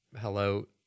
hello